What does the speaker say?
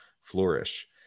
flourish